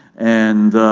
and